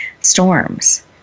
storms